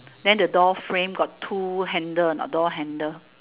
then the door frame got two handle or not door handle